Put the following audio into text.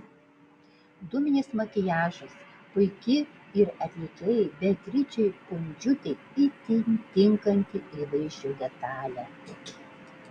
dūminis makiažas puiki ir atlikėjai beatričei pundžiūtei itin tinkanti įvaizdžio detalė